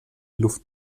luft